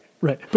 Right